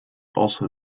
also